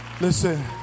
Listen